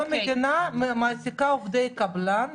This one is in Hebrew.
היום המדינה מעסיקה עובדי קבלן,